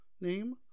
name